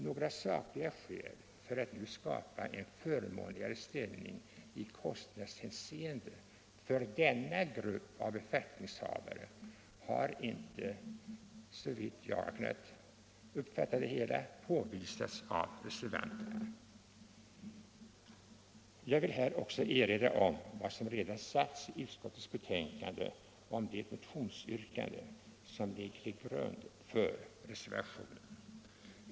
Några sakliga skäl för att nu skapa en förmånligare ställning i kostnadshänseende för denna grupp av be fattningshavare har inte, såvitt jag har kunnat uppfatta det, påvisats av Nr 94 reservanterna. Onsdagen den Jag vill här också erinra om vad som redan sagts i utskottets betänkande 28 maj 1975 om det motionsyrkande som ligger till grund för reservationen.